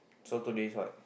so two days what